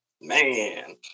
man